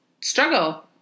struggle